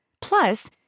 Plus